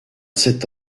sept